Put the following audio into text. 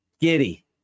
Giddy